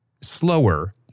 slower